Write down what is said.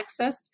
accessed